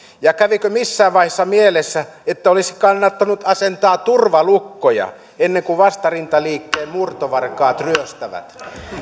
ja kävikö missään vaiheessa mielessä että olisi kannattanut asentaa turvalukkoja ennen kuin vastarintaliikkeen murtovarkaat ryöstävät